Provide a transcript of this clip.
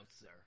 sir